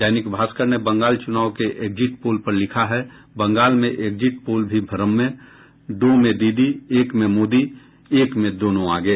दैनिक भास्कर ने बंगाल चुनाव के एग्जिट पोल पर लिखा है बंगाल में एग्जिट पोल भी भ्रम में दो में दीदी एक में मोदी एक में दोनों आगे